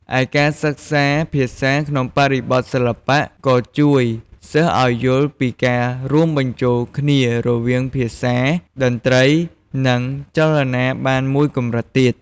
ឯ ការសិក្សាភាសាក្នុងបរិបទសិល្បៈក៏ជួយសិស្សឱ្យយល់ពីការរួមបញ្ចូលគ្នារវាងភាសា តន្ត្រី និងចលនាបានមួយកម្រិតទៀត។